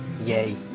Yay